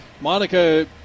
Monica